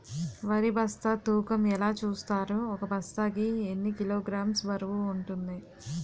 వరి బస్తా తూకం ఎలా చూస్తారు? ఒక బస్తా కి ఎన్ని కిలోగ్రామ్స్ బరువు వుంటుంది?